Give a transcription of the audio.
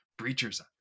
breachers